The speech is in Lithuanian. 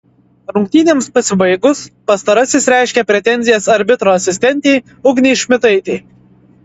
rungtynėms pasibaigus pastarasis reiškė pretenzijas arbitro asistentei ugnei šmitaitei